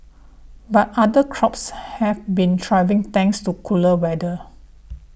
but other crops have been thriving thanks to cooler weather